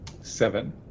Seven